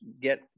get